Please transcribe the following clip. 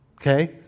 okay